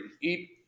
Eat